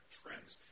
trends